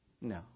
No